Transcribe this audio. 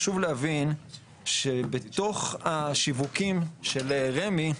חשוב להבין שבתוך השיווקים של רמ"י,